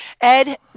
Ed